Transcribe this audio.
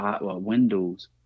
windows